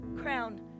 crown